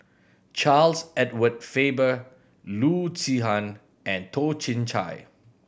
Charles Edward Faber Loo Zihan and Toh Chin Chye